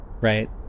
right